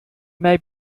may